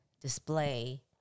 display